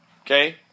okay